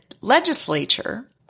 legislature